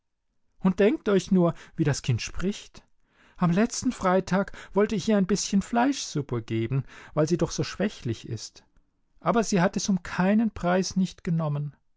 und denkt euch nur wie das kind spricht am letzten freitag wollte ich ihr ein bißchen fleischsuppe geben weil sie doch so schwächlich ist aber sie hat es um keinen preis nicht genommen